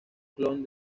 clon